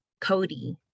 Cody